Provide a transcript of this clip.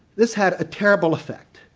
this had a terrible effect,